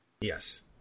Yes